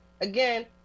again